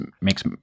makes